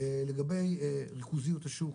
לגבי ריכוזיות השוק,